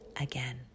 again